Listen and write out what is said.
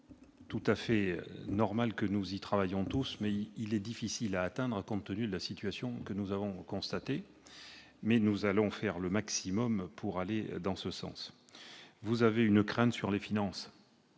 tout à fait normal que nous travaillions tous à cet objectif, mais il est difficile à atteindre compte tenu de la situation que nous avons constatée. Nous allons faire le maximum pour aller dans ce sens. Vous avez une crainte sur les finances